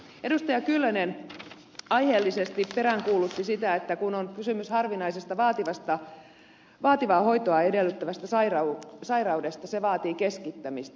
kyllönen aiheellisesti peräänkuulutti sitä että kun on kysymys harvinaisesta vaativaa hoitoa edellyttävästä sairaudesta se vaatii keskittämistä